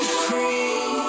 free